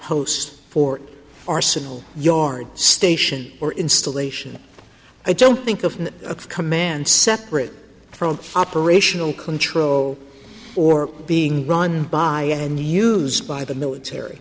host for arsenal yard station or installation i don't think of a command separate from operational control or being run by and used by the military